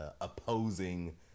opposing